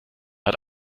hat